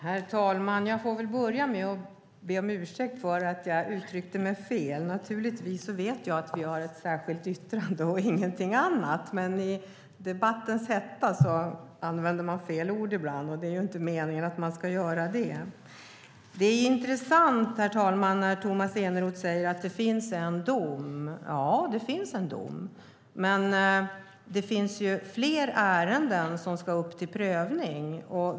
Herr talman! Låt mig börja med att be om ursäkt för att jag uttryckte mig fel. Jag vet naturligtvis att vi har ett särskilt yttrande och ingenting annat, men i debattens hetta använder man fel ord ibland. Det är inte meningen att man ska göra det. Herr talman! Det är intressant att Tomas Eneroth säger att det finns en dom. Ja, det finns en dom, men det finns flera ärenden som ska upp till prövning.